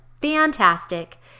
fantastic